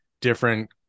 different